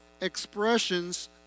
expressions